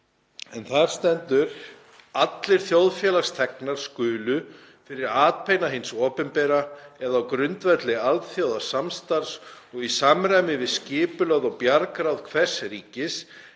en þar stendur: „Allir þjóðfélagsþegnar skulu fyrir atbeina hins opinbera eða á grundvelli alþjóðasamstarfs, og í samræmi við skipulag og bjargráð hvers ríkis,